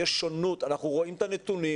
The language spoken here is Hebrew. יש שונות, אנחנו רואים את הנתונים.